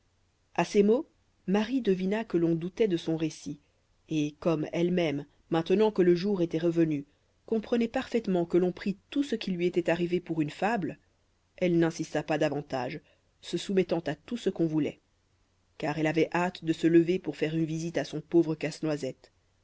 a ces mots marie devina que l'on doutait de son récit et comme elle-même maintenant que le jour était revenu comprenait parfaitement que l'on prit tout ce qui lui était arrivé pour une fable elle n'insista pas davantage se soumettant à tout ce qu'on voulait car elle avait hâte de se lever pour faire une visite à son pauvre casse-noisette